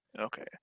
Okay